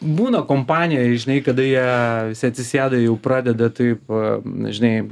būna kompanijoj žinai kada jie visi atsisėda jau pradeda taip na žinai